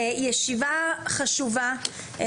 ישיבה חשובה,